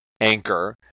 anchor